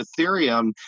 Ethereum